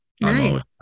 nice